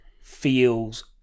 feels